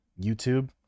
YouTube